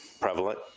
prevalent